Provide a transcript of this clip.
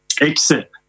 exit